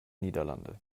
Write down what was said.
niederlande